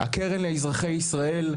הקרן לאזרחי ישראל,